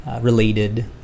related